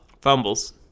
Fumbles